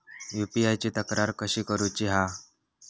UPI ची तक्रार कशी करुची हा?